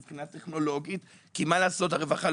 מבחינה טכנולוגית כי הרווחה,